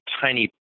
tiny